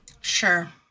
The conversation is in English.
Sure